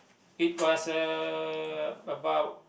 it was uh about